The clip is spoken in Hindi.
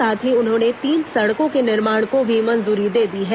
साथ ही उन्होंने तीन सड़कों के निर्माण को भी मंजूरी दे दी है